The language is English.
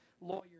lawyer